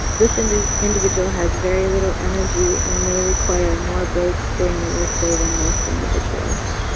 this and individual has very little energy and may require more breaks during the workday than most individuals.